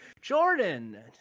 Jordan